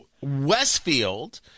Westfield